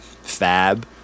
Fab